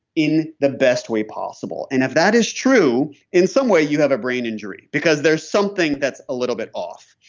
in the best way possible. and if that is true, in some way you have a brain injury because there's something that's a little bit off.